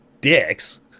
dicks